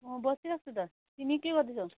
अँ बसिरहेको छु त तिमी के गर्दैछौ